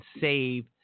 save